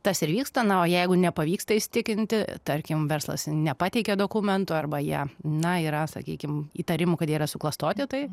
tas ir vyksta na o jeigu nepavyksta įsitikinti tarkim verslas nepateikia dokumentų arba jie na yra sakykim įtarimų kad jie yra suklastoti tai